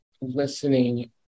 listening